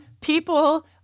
people